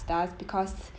does because